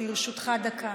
לרשותך דקה.